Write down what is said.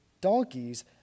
donkeys